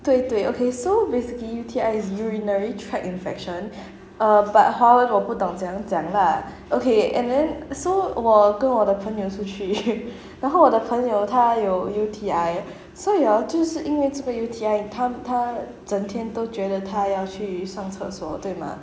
对对 okay so basically U_T_I is urinary tract infection err but hor 我不懂怎样讲啦 okay and then so 我跟我的朋友出去 然后我的朋友她有 U_T_I 所以 hor 就是因为这个 U_T_I 她她整天都觉得他要去上厕所对吗